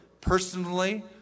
personally